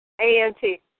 A-N-T